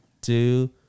two